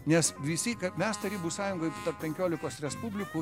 nes visi mes tarybų sąjungoj penkiolikos respublikų